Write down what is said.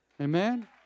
Amen